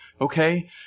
Okay